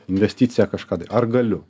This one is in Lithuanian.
investiciją kažką ar galiu